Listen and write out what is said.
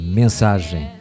mensagem